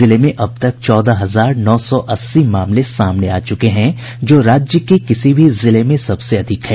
जिले में अब तक चौदह हजार नौ सौ अस्सी मामले सामने आ चुके हैं जो राज्य के किसी भी जिले में सबसे अधिक है